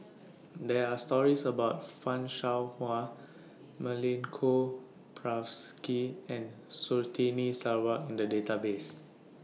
There Are stories about fan Shao Hua Milenko Prvacki and Surtini Sarwan in The Database